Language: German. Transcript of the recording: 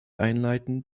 einleitend